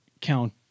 count